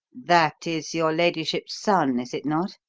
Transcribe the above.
that is your ladyship's son, is it not?